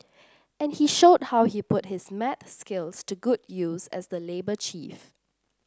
and he showed how he put his maths skills to good use as the labour chief